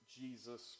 Jesus